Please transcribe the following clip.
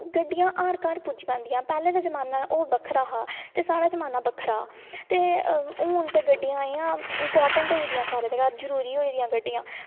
गड्डियां हर घर पुज्जी पांदियां पैह्ला ते जमान्ना ओह् बक्खरा हा ते साढ़ा जमान्ना बक्खरा ते हून ते गड्डियां इ'यां इंपार्टैंट होई गेदियां सारें आस्तै जरूरी होई दियां गड्डियां